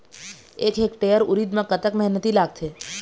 एक हेक्टेयर उरीद म कतक मेहनती लागथे?